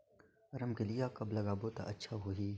रमकेलिया कब लगाबो ता अच्छा होही?